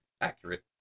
Accurate